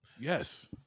Yes